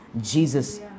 Jesus